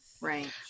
Right